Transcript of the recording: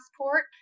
passport